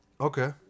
Okay